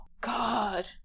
God